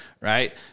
Right